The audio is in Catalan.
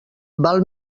val